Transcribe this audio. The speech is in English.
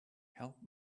help